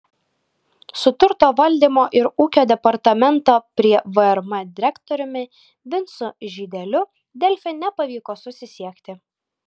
su turto valdymo ir ūkio departamento prie vrm direktoriumi vincu žydeliu delfi nepavyko susisiekti